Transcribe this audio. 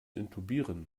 intubieren